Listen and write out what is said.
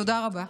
תודה רבה.